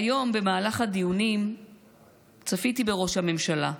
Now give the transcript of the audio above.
והיום במהלך הדיונים צפיתי בראש הממשלה,